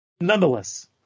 Nonetheless